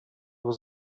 was